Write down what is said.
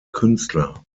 künstler